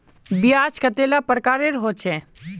ब्याज कतेला प्रकारेर होचे?